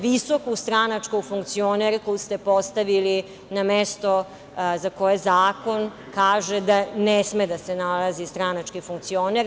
Visoku stranačku funkcionerku ste postavili na mesto za koje zakon kaže da ne sme da se nalazi stranački funkcioner.